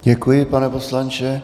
Děkuji, pane poslanče.